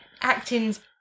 Acting's